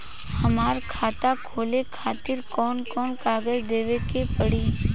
हमार खाता खोले खातिर कौन कौन कागज देवे के पड़ी?